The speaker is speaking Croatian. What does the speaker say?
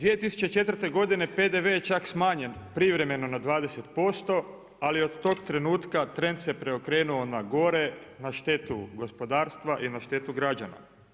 2004. godine PDV je čak smanjen privremeno na 20%, ali od tog trenutka trend se preokrenuo na gore, na štetu gospodarstva i na štetu građana.